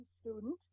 student